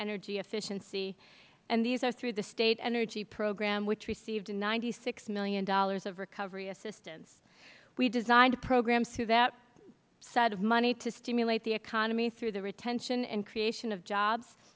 energy efficiency and these are through the state energy program which received ninety six dollars million of recovery assistance we designed programs through that set of money to stimulate the economy through the retention and creation of jobs